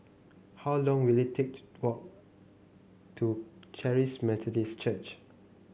how long will it take to walk to Charis Methodist Church